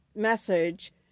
message